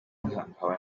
nkaba